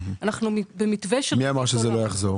אנחנו נמצאים במתווה --- מי אמר שזה לא יחזור?